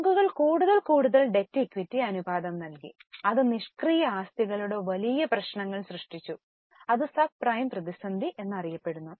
ബാങ്കുകൾ കൂടുതൽ കൂടുതൽ ഡെറ്റ് ഇക്വിറ്റി അനുപാതം നൽകി അത് നിഷ്ക്രിയ ആസ്തികളുടെ വലിയ പ്രശ്നങ്ങൾ സൃഷ്ടിച്ചു അത് സബ്പ്രൈം പ്രതിസന്ധി എന്നറിയപ്പെടുന്നു